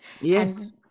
Yes